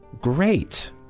Great